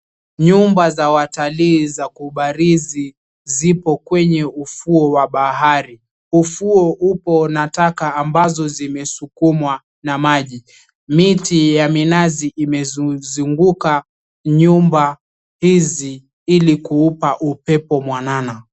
Nyumba za watalii za kubarizi zipo klwenye ufuo wa bahari. Ufuo upo na taka ambazo zimesukumwa na maji. Miti ya minazi imezunguka nyumba hizi ili kuupa upepo mwanana.